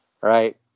right